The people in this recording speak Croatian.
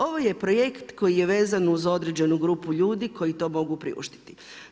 Ovo je projekt koji je vezan uz određenu grupu ljudi koji to mogu priuštiti.